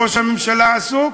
ראש הממשלה עסוק